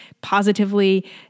positively